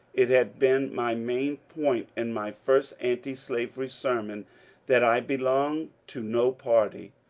it had been my main point in my first anti slavery sermon that i belonged to no party,